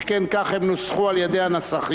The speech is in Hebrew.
שכן כך הן נוסחו על ידי הנסחיות,